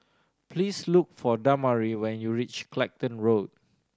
please look for Damari when you reach Clacton Road